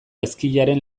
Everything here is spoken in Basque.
ezkiaren